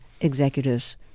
executives